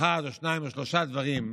אחד או שניים או שלושה דברים,